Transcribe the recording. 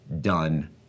done